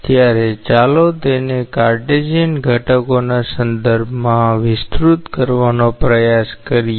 તેથી ચાલો તેના કાર્ટેશિયન ઘટકોના સંદર્ભમાં તેને વિસ્તૃત કરવાનો પ્રયાસ કરીએ